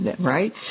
right